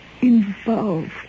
involved